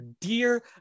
dear